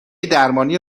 درمانی